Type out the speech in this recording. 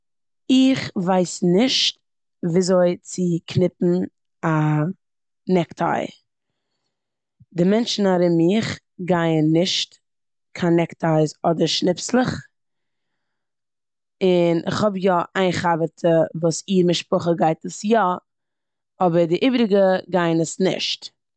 איך ווייס נישט וויאזוי צו קניפן א נעק-טיי. די מענטשן ארום מיך גייען נישט קיין נעק-טייס אדער שניפסלעך און כ'האב יא איין חבר'טע וואס איר משפחה גייט עס יא אבער דע איבעריגע גייען עס נישט.